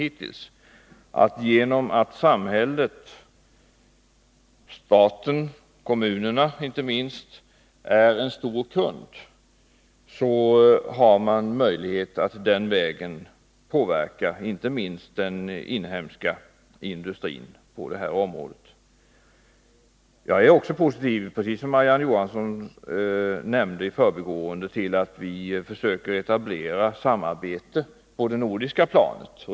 På grund av att samhället — staten och inte minst kommunerna — är en stor kund har man möjlighet att påverka framför allt den inhemska industrin på detta område. Jag är positiv till att vi som Marie-Ann Johansson nämnde i förbigående — försöker etablera samarbete på det nordiska planet.